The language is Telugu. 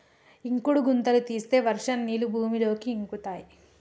ఇంకుడు గుంతలు తీస్తే వర్షం నీళ్లు భూమిలోకి ఇంకుతయ్